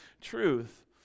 truth